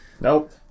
Nope